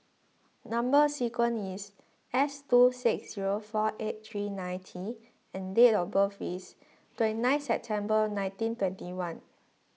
Number Sequence is S two six zero four eight three nine T and date of birth is twenty nine September nineteen twenty one